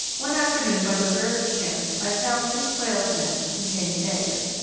one afternoon by the rarest chance i found three quails' nests containing eggs.